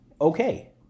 Okay